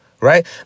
right